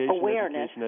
awareness